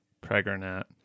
pregnant